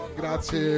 grazie